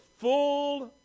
full